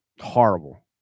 horrible